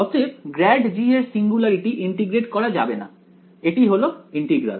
অতএব grad g এর singularity integrate করা যাবে না এটি হলো ইন্টিগ্রাল